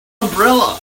umbrella